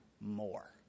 more